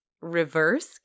reverse